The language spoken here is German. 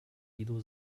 guido